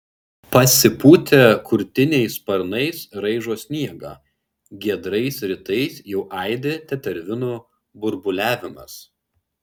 pasipūtę kurtiniai sparnais raižo sniegą giedrais rytais jau aidi tetervinų burbuliavimas